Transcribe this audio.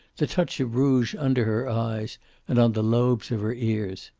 the touch of rouge under her eyes and on the lobes of her ears.